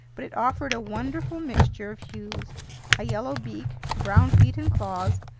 but it offered a wonderful mixture of hues a yellow beak, brown feet and claws,